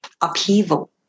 upheaval